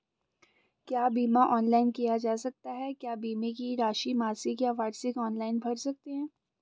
क्या बीमा ऑनलाइन किया जा सकता है क्या बीमे की राशि मासिक या वार्षिक ऑनलाइन भर सकते हैं?